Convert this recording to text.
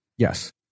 Yes